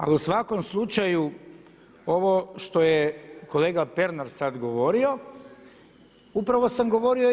Ali u svakom slučaju, ovo što je kolega Pernar sad govorio, upravo sam govorio i ja.